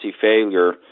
failure